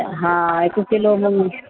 हा हिकु किलो मुङ